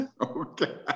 Okay